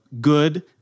good